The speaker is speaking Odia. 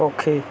ପକ୍ଷୀ